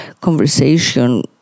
conversation